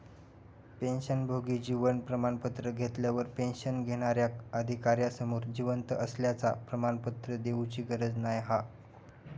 पेंशनभोगी जीवन प्रमाण पत्र घेतल्यार पेंशन घेणार्याक अधिकार्यासमोर जिवंत असल्याचा प्रमाणपत्र देउची गरज नाय हा